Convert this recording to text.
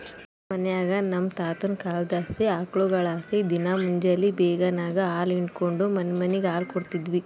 ನಮ್ ಮನ್ಯಾಗ ನಮ್ ತಾತುನ ಕಾಲದ್ಲಾಸಿ ಆಕುಳ್ಗುಳಲಾಸಿ ದಿನಾ ಮುಂಜೇಲಿ ಬೇಗೆನಾಗ ಹಾಲು ಹಿಂಡಿಕೆಂಡು ಮನಿಮನಿಗ್ ಹಾಲು ಕೊಡ್ತೀವಿ